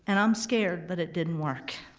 and i'm scared but it didn't work.